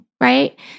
right